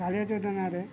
କାଳିଆ ଯୋଜନାରେ